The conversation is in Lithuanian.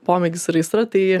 pomėgis ar aistra tai